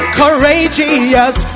courageous